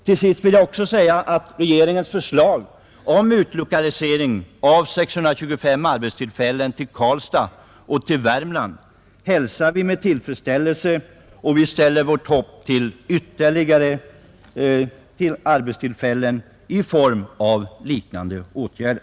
Till sist vill jag säga att regeringens förslag om utlokalisering av 625 arbetstillfällen till Karlstad och till Värmland i övrigt hälsas med tillfredsställelse. Vi hoppas på ytterligare arbetstillfällen genom liknande samhälleliga åtgärder.